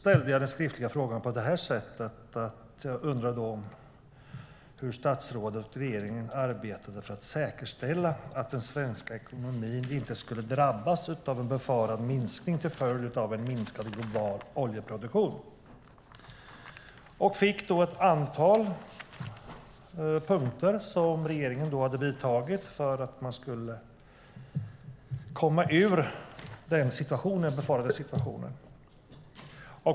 I den skriftliga frågan undrade jag hur statsrådet och regeringen arbetade för att säkerställa att den svenska ekonomin inte skulle drabbas av en befarad minskning till följd av en minskad global oljeproduktion. Som svar fick jag ett antal punkter på det som regeringen hade vidtagit för att man skulle komma ur den befarade situationen.